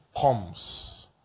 comes